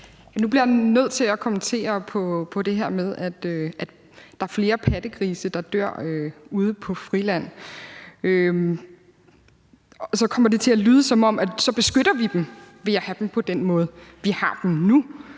Nu bliver jeg nødt til at kommentere på det her med, at der er flere pattegrise, der dør ude på friland. Det kommer til at lyde, som om vi beskytter dem ved at holde dem på den måde, vi holder dem nu,